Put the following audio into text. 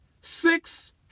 six